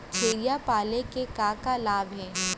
छेरिया पालन के का का लाभ हे?